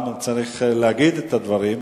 וגם צריך להגיד את הדברים,